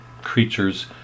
creatures